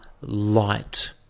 light